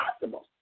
possible